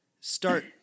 start